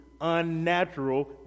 unnatural